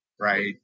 right